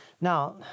Now